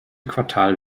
quartal